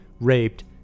raped